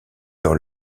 dans